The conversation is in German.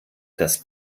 das